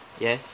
yes